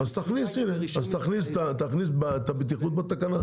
תכניס את הבטיחות בתקנה.